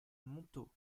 montaut